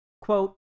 Quote